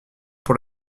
pour